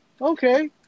okay